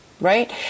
Right